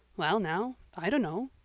well now, i dunno,